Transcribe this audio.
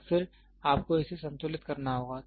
और फिर आपको इसे संतुलित करना होगा